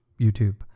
YouTube